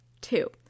two